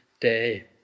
day